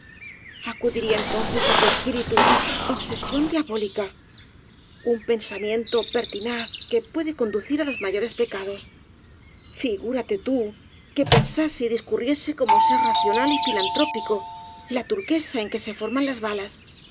acudiría entonces á tu espíritu obsesión diabólica un pensamiento pertinaz que puede conducir á los mayores pecados figúrate tú que pensase y discurriese como ser racional y filan trópico la turquesa en que se forman las balas